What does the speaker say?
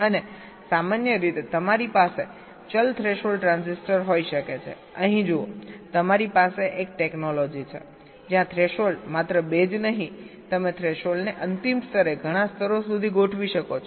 અને સામાન્ય રીતે તમારી પાસે ચલ થ્રેશોલ્ડ ટ્રાન્ઝિસ્ટર હોઈ શકે છેઅહીં જુઓ તમારી પાસે એક ટેકનોલોજી છે જ્યાં થ્રેશોલ્ડ માત્ર બે જ નહીં તમે થ્રેશોલ્ડને અંતિમ સ્તરે ઘણા સ્તરો સુધી ગોઠવી શકો છો